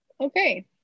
Okay